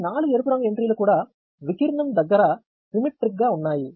ఈ నాలుగు ఎరుపు రంగు ఎంట్రీలు కూడా వికీర్ణం దగ్గర సిమెట్రిక్ గా ఉన్నాయి